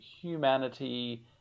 humanity